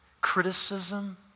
criticism